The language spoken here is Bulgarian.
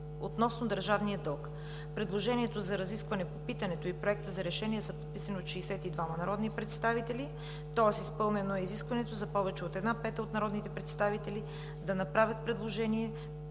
относно държавния дълг. Предложението за разискване по питането и Проекта за решение са подписани от 62 народни представители, тоест изпълнено е изискването за повече от една пета от народните представители да направят предложение